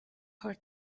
for